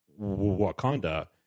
wakanda